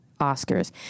Oscars